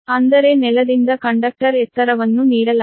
ಅಂದರೆ ಅರ್ಥ್ ನಿಂದ ಕಂಡಕ್ಟರ್ ಎತ್ತರವನ್ನು ನೀಡಲಾಗಿದೆ